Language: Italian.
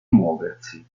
muoversi